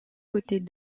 côtés